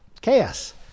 Chaos